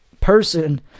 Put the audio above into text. person